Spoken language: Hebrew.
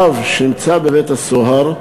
אב שנמצא בבית-הסוהר,